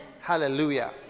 Hallelujah